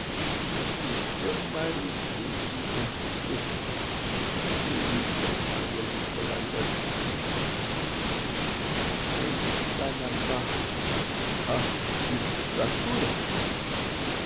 seu marido minha que querida maria nikolaievna ainda está na ma a gistratura